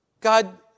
God